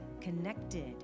connected